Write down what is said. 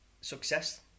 success